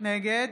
נגד